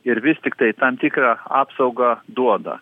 ir vis tiktai tam tikrą apsaugą duoda